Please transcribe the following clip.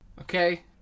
Okay